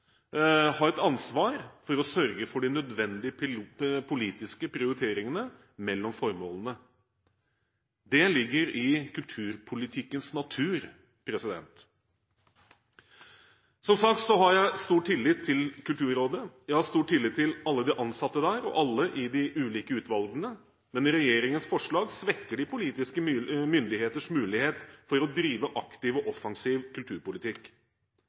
har et ansvar for å sørge for de nødvendige politiske prioriteringene mellom formålene. Det ligger i kulturpolitikkens natur. Som sagt har jeg stor tillit til Kulturrådet. Jeg har stor tillit til alle de ansatte der, og alle i de ulike utvalgene, men regjeringens forslag svekker de politiske myndigheters mulighet for å drive aktiv og offensiv kulturpolitikk.